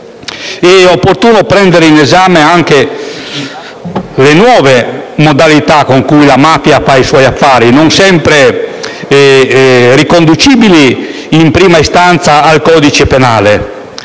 È opportuno prendere in esame anche le nuove modalità con cui la mafia fa i suoi affari, non sempre riconducibili in prima istanza al codice penale.